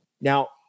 Now